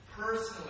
personally